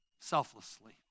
selflessly